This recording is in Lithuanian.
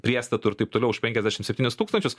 priestatų ir taip toliau už penkiasdešimt septynis tūkstančius